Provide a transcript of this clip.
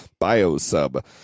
Biosub